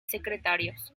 secretarios